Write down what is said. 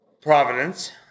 Providence